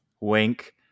Wink